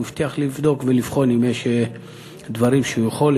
הוא הבטיח לבדוק ולבחון אם יש דברים שהוא יכול,